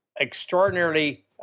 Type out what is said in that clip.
extraordinarily